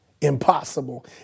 impossible